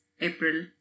April